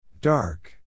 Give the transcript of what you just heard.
Dark